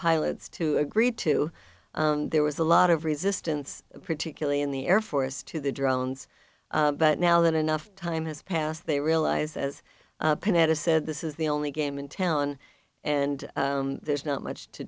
pilots to agree to there was a lot of resistance particularly in the air force to the drones but now that enough time has passed they realize as panetta said this is the only game in town and there's not much to